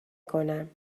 کنم